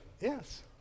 Yes